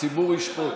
הציבור ישפוט.